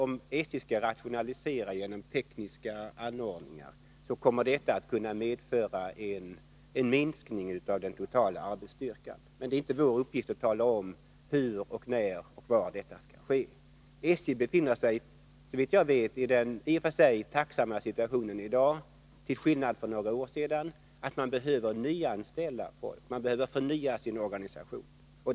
Om SJ skall rationalisera genom tekniska anordningar kommer givetvis detta att kunna medföra en minskning av den totala arbetsstyrkan, men det är inte vår uppgift att tala om hur, när och var detta skall ske. SJ befinner sig, såvitt jag vet, i den i och för sig gynnsamma situationen i dag —till skillnad mot vad som var fallet för några år sedan — att man behöver förnya sin organisation, nyanställa folk.